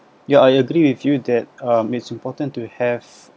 ya I agree with you that um it's important to have